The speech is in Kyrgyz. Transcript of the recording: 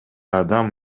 адам